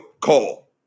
call